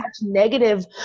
negative